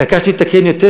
התעקשתי לתקן יותר.